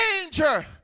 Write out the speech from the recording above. danger